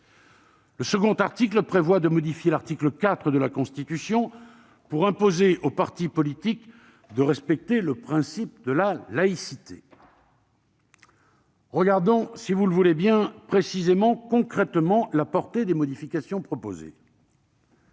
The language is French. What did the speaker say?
Le second article vise à modifier l'article 4 de la Constitution pour imposer aux partis politiques de respecter le principe de la laïcité. Regardons, si vous le voulez bien, précisément, concrètement, la portée des modifications proposées.